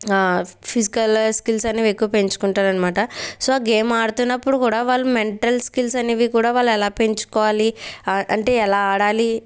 physical skills అనేవి ఎక్కువ పెంచుకుంటారన్నమాట సో ఆ గేమ్ ఆడుతున్నప్పుడు కూడా వాళ్ళు మెంటల్ స్కిల్స్ అనేవి కూడా వాళ్ళు ఎలా పెంచుకోవాలి అంటే ఎలా ఆడాలి